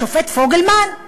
לשופט פוגלמן,